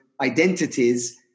identities